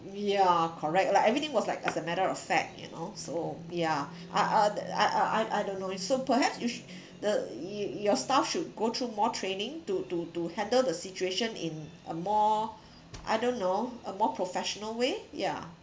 yeah correct lah everything was like as a matter of fact you know so yeah uh uh I uh I I don't know it's so perhaps you sh~ the your staff should go through more training to to to handle the situation in a more I don't know a more professional way ya